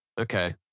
Okay